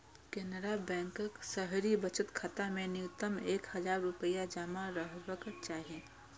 केनरा बैंकक शहरी बचत खाता मे न्यूनतम एक हजार रुपैया जमा रहबाक चाही